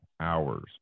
hours